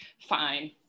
fine